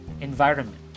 environment